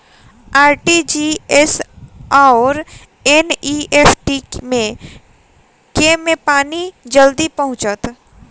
RTGS आओर NEFT मे केँ मे पानि जल्दी पहुँचत